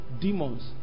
demons